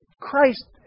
Christ